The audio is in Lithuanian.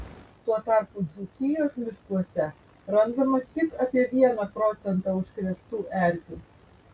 tuo tarpu dzūkijos miškuose randama tik apie vieną procentą užkrėstų erkių